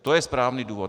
To je správný důvod.